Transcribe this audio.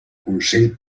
consell